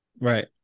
Right